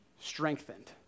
strengthened